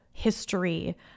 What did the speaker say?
history